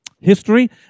history